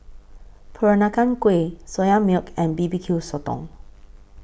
Peranakan Kueh Soya Milk and B B Q Sotong